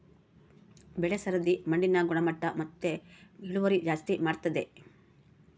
ಬೆಳೆ ಸರದಿ ಮಣ್ಣಿನ ಗುಣಮಟ್ಟ ಮತ್ತೆ ಇಳುವರಿ ಜಾಸ್ತಿ ಮಾಡ್ತತೆ